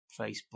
Facebook